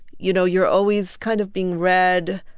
you know, you're always kind of being read,